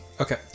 Okay